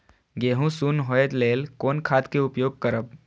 गेहूँ सुन होय लेल कोन खाद के उपयोग करब?